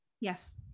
Yes